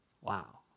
Wow